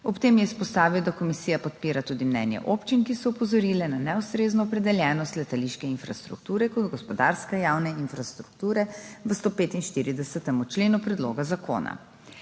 Ob tem je izpostavil, da komisija podpira tudi mnenje občin, ki so opozorile na neustrezno opredeljenost letališke infrastrukture kot gospodarske javne infrastrukture v 145. členu predloga zakona.